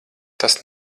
tas